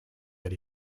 that